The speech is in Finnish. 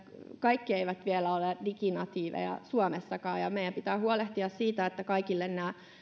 kaikki eivät vielä ole diginatiiveja suomessakaan ja meidän pitää huolehtia siitä että kaikille